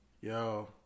yo